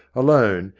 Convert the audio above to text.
alone,